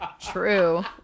true